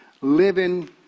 living